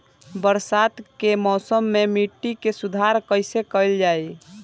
बरसात के मौसम में मिट्टी के सुधार कइसे कइल जाई?